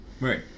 right